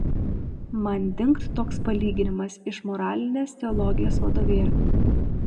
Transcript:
man dingt toks palyginimas iš moralinės teologijos vadovėlių